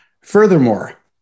Furthermore